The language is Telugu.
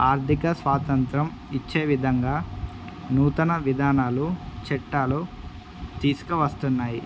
ఆర్థిక స్వాతంత్రం ఇచ్చే విధంగా నూతన విధానాలు చట్టాలు తీసుకువస్తున్నాయి